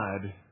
god